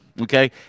Okay